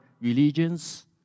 religions